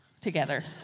together